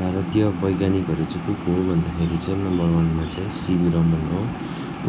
भारतीय वैज्ञानिकहरू चाहिँ को को हो भन्दाखेरि चाहिँ नम्बर वानमा चाहिँ सिभी रमन हो